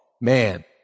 man